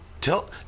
Tell